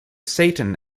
satan